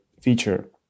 feature